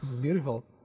beautiful